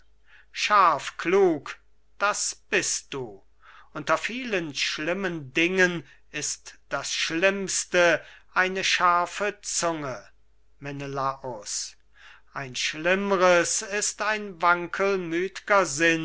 scharfklug das bist du unter vielen schlimmen dingen ist das schlimmste eine scharfe zunge menelaus ein schlimmres ist ein wankelmüth'ger